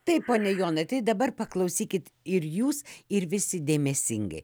taip pone jonai tai dabar paklausykit ir jūs ir visi dėmesingai